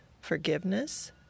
forgiveness